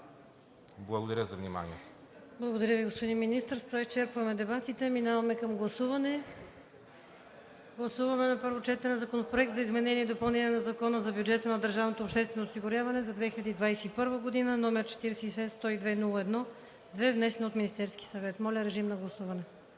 Благодаря за вниманието.